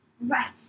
Right